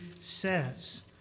says